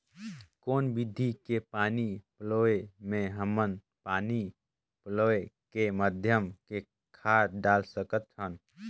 कौन विधि के पानी पलोय ले हमन पानी पलोय के माध्यम ले खाद डाल सकत हन?